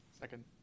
Second